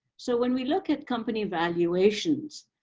so when we look at company valuations,